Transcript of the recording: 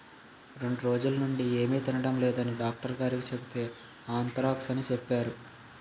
రెండ్రోజులనుండీ ఏమి తినడం లేదని డాక్టరుగారికి సెబితే ఆంత్రాక్స్ అని సెప్పేరు